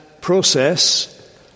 process